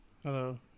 Hello